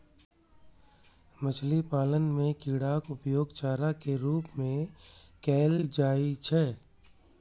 मछली पालन मे कीड़ाक उपयोग चारा के रूप मे कैल जाइ छै